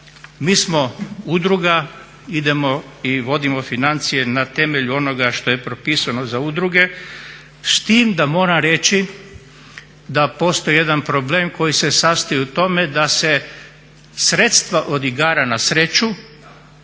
Mi smo udruga idemo i vodimo financije na temelju onoga što je propisano za udruge, s tim da moram reći da postoji jedan problem koji se sastoji u tome da se sredstva od igara na sreću